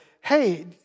hey